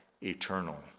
eternal